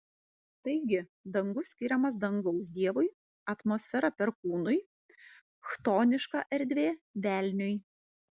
taigi dangus skiriamas dangaus dievui atmosfera perkūnui chtoniška erdvė velniui